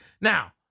Now